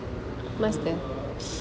master